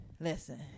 Listen